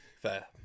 Fair